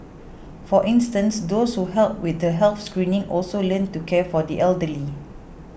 for instance those who helped with the health screenings also learnt to care for the elderly